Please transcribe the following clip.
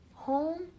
Home